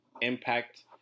Impact